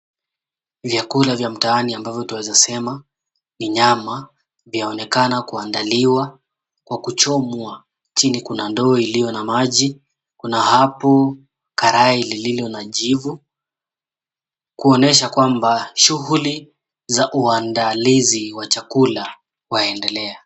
Vyakula vya mtaani, ambavyo twaweza sema ni nyama, vyaonekana kuandaliwa kwa kuchomwa. Chini kuna ndoo iliyo na maji, kuna hapo karai lililo na jivu, kuonyesha kwamba shughuli za uandalizi wa chakula waendelea.